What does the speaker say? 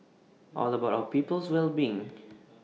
all about our people's well being